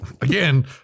Again